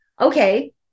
Okay